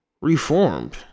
reformed